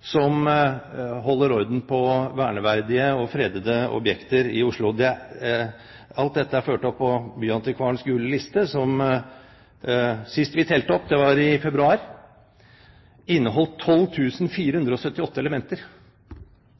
som holder orden på verneverdige og fredede objekter i Oslo. Alt dette er ført opp på Byantikvarens Gule liste. Sist vi telte opp – det var i februar – innholdt den 12 478 elementer